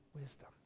wisdom